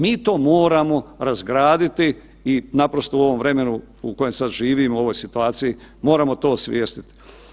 Mi to moramo razgraditi i naprosto u ovom vremenu u kojem sad živimo u ovoj situaciji, moramo to osvijestiti.